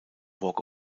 walk